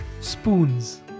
Spoons